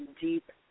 deep